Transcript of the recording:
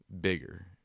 Bigger